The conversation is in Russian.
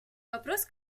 вопрос